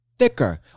thicker